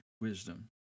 wisdom